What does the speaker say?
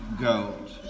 gold